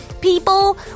people